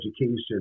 Education